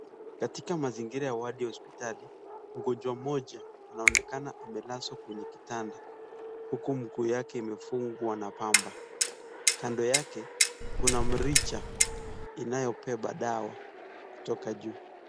Katika mazingira ya wadi ya hospitali , mgonjwa mmoja inaonekana amelazwa kwenye kitanda huku mguu yake imefungwa na pamba kando yake kuna mrija inayobeba dawa kutoka juu.